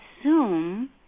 assume